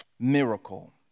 miracle